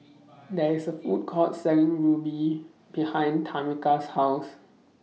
There IS A Food Court Selling Ruby behind Tameka's House